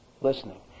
Listening